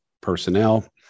personnel